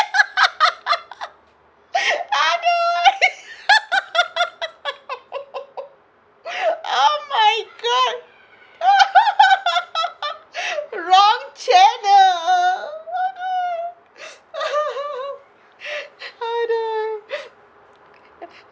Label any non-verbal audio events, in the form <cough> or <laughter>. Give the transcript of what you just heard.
<laughs> !aduh! <laughs> oh my god <laughs> wrong channel !aduh! <laughs> !aduh!